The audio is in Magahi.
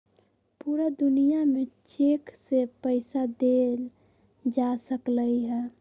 पूरा दुनिया में चेक से पईसा देल जा सकलई ह